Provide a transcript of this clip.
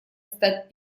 стать